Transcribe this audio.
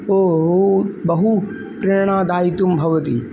ओ बहु प्रेरणा दातुं भवति